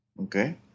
Okay